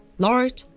lard,